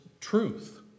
truth